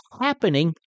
happening